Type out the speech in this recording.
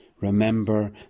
remember